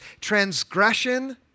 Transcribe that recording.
transgression